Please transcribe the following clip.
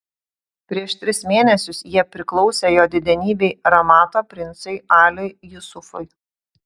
prieš tris mėnesius jie priklausė jo didenybei ramato princui aliui jusufui